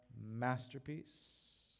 masterpiece